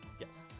Yes